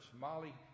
Molly